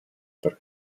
per